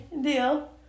deal